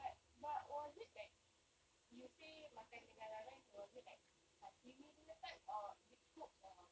but but was it like you say makan dengan ramen was it like sashimi punya type or is it cook or